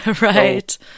Right